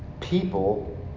people